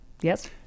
Yes